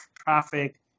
traffic